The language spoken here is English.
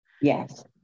Yes